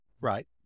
Right